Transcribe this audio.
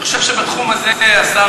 אני חושב שבתחום הזה השר,